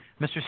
Mr